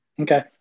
okay